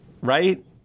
Right